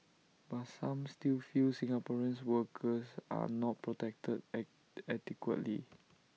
but some still feel Singaporeans workers are not protected adequately